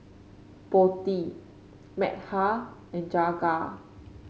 Potti Medha and Jagat